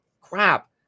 crap